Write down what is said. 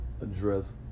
address